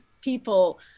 people